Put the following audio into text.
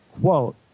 Quote